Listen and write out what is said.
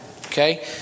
Okay